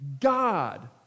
God